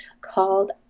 called